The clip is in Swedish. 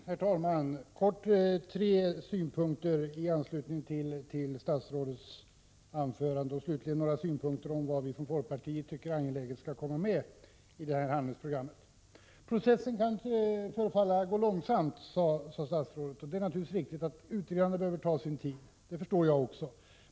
Herr talman! Helt kort tre synpunkter i anslutning till statsrådets anförande och slutligen några kommentarer om vad vi från folkpartiet finner vara angeläget att ta med i handlingsprogrammet. Processen kan förefalla gå långsamt, sade statsrådet. Det är naturligtvis riktigt att utredningar behöver ta sin tid — det förstår jag också.